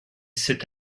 c’est